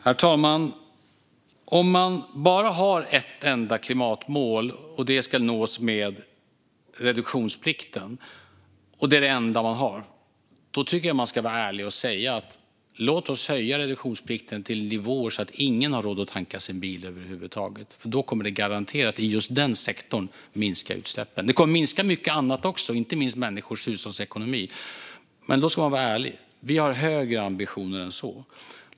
Herr talman! Om man bara har ett enda klimatmål, och det ska nås med hjälp av reduktionsplikten, tycker jag att man ska vara ärlig och säga att reduktionsplikten ska höjas till nivåer så att ingen har råd att tanka sin bil över huvud taget. Det kommer garanterat att sänka utsläppen i just den sektorn. Reduktionsplikten kommer att minska mycket annat också, inte minst människors hushållsekonomi. Men då ska man vara ärlig med detta. Vi har högre ambitioner än så.